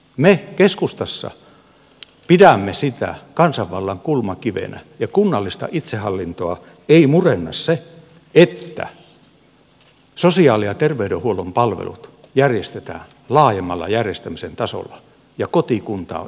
me keskustassa pidämme sitä kansanvallan kulmakivenä ja kunnallista itsehallintoa ei murenna se että sosiaali ja terveydenhuollon palvelut järjestetään laajemmalla järjestämisen tasolla ja kotikunta on itsenäinen kunta